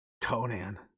Conan